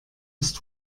ist